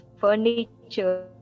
furniture